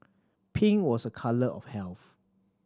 pink was a colour of health